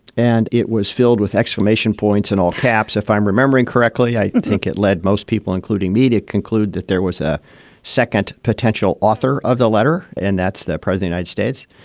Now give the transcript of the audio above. and it was filled with exclamation points in all caps, if i'm remembering correctly. i think it led most people, including me, to conclude that there was a second potential author of the letter. and that's that proves the united states.